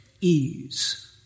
ease